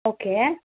okay